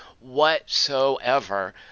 whatsoever